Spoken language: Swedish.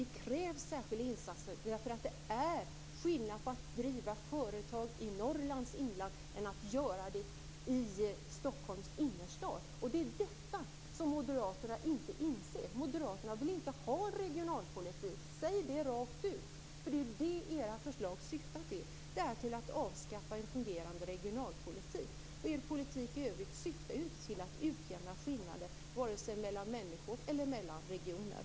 Det krävs särskilda insatser, därför att det är skillnad på att driva företag i Norrlands inland och att göra det i Stockholms innerstad. Det är detta som Moderaterna inte inser. Moderaterna vill inte ha en regionalpolitik. Säg det rakt ut! Det är ju det era förslag syftar till, dvs. att avskaffa en fungerande regionalpolitik. Er politik i övrigt syftar ju inte till att utjämna skillnader vare sig mellan människor eller mellan regioner.